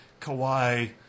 Kawhi